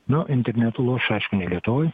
nu internetu loš aišku ne lietuvoj